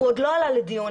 הוא עדיין לא עלה לדיון.